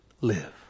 live